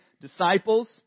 disciples